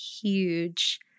huge